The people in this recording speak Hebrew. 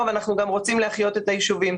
אבל אנחנו גם רוצים להחיות את היישובים.